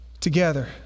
together